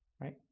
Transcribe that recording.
Right